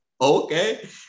okay